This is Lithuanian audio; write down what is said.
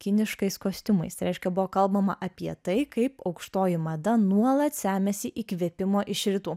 kiniškais kostiumais tai reiškia buvo kalbama apie tai kaip aukštoji mada nuolat semiasi įkvėpimo iš rytų